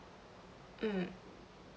mm